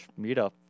meetup